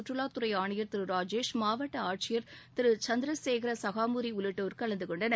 சுற்றுவாத் துறை ஆணையர் திரு ராஜேஷ் மாவட்ட ஆட்சியர் திரு சந்திரசேகர சகாமூரி உள்ளிட்டோர் கலந்துகொண்டனர்